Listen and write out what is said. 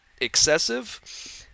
excessive